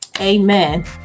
Amen